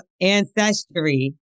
ancestry